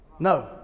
No